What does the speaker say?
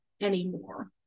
anymore